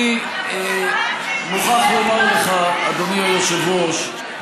אני מוכרח לומר לך, אדוני היושב-ראש,